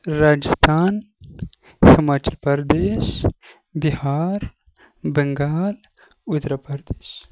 Rajasthan Himachal Pradesh Bihar Bengal Uttar Pradesh